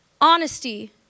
honesty